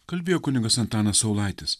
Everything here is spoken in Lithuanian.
kalbėjo kunigas antanas saulaitis